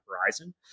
horizon